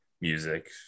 music